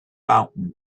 fountain